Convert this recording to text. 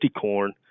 corn